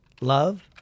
love